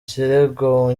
ikirego